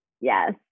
Yes